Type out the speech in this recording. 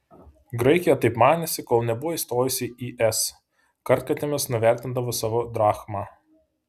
graikija taip manėsi kol nebuvo įstojusi į es kartkartėmis nuvertindavo savo drachmą